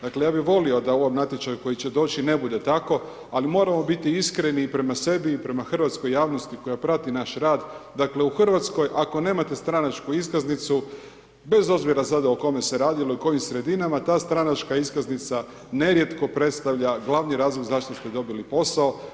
Dakle, ja bi volio da u ovom natječaju koji će doći ne bude tako, ali moramo biti iskreni i prema sebi i prema hrvatskoj javnosti koja prati naš rad, dakle u Hrvatskoj ako nemate stranačku iskaznicu bez obzira sada o kome se radilo i kojim sredinama, ta stranačka iskaznica nerijetko predstavlja glavni razlog zašto ste dobili posao.